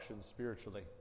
spiritually